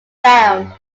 sound